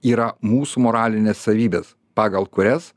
yra mūsų moralinės savybės pagal kurias